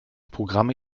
programme